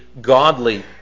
godly